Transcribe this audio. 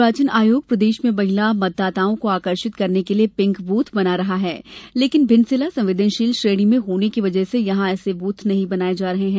निर्वाचन आयोग प्रदेश में महिला मतदाताओं को आकर्षित करने के लिए पिंक बूथ बना रहा है लेकिन भिंड जिला संवेदनशील श्रेणी में होने की वजह से यहां ऐसे बूथ नहीं बनाए जा रहे हैं